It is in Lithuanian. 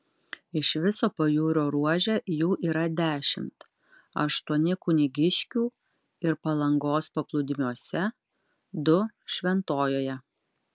iš viso pajūrio ruože jų yra dešimt aštuoni kunigiškių ir palangos paplūdimiuose du šventojoje